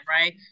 right